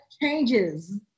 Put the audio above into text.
changes